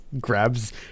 grabs